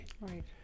Right